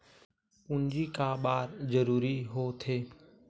पूंजी का बार जरूरी हो थे?